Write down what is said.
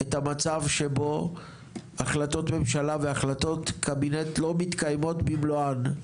את המצב שבו החלטות ממשלה והחלטות קבינט לא מתקיימות במלואן.